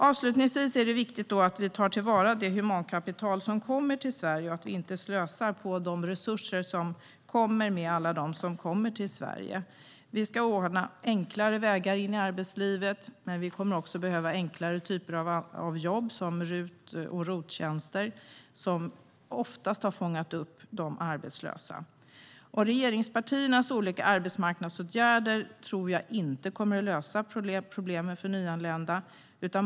Avslutningsvis är det viktigt att vi tar till vara det humankapital som kommer till Sverige och inte slösar med de resurser som kommer med alla som kommer till Sverige. Vi ska ordna enklare vägar in i arbetslivet. Men vi kommer också att behöva enklare typer av jobb, som RUT och ROT-tjänster, som oftast har fångat upp de arbetslösa. Regeringspartiernas olika arbetsmarknadsåtgärder tror jag inte kommer att lösa problemet för nyanlända.